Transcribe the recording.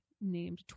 named